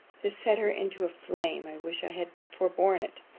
this set her into a flame i wish i had forborne it.